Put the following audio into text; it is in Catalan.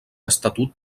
estatut